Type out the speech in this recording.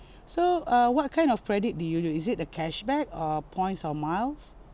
so uh what kind of credit did you use is it the cashback or points or miles